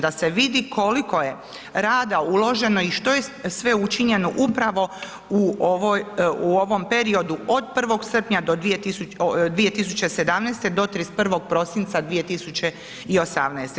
Da se vidi koliko je rada uloženo i što je sve učinjeno upravo u ovom periodu od 1. srpnja 2017. do 31. prosinca 2018.